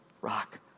rock